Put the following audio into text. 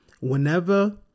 whenever